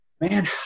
man